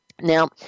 Now